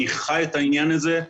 אני חי את העניין הזה.